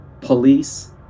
police